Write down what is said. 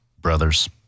brothers